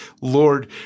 Lord